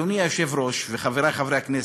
אדוני היושב-ראש וחברי חברי הכנסת,